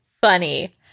funny